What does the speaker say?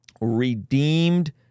Redeemed